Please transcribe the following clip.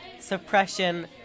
suppression